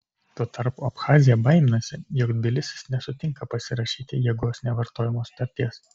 tuo tarpu abchazija baiminasi jog tbilisis nesutinka pasirašyti jėgos nevartojimo sutarties